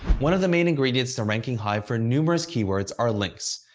one of the main ingredients to ranking high for numerous keywords are links.